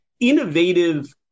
Innovative